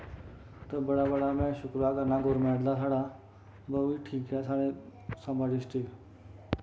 ते बड़ा बड़ा में शुक्रिया करना गौरमैंट दा साढ़ा बौह्त ठीक ऐ साढ़े सांबा डिस्टिक